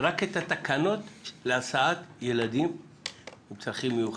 רק את התקנות להסעת ילדים עם צרכים מיוחדים,